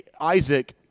Isaac